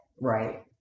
Right